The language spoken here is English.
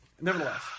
nevertheless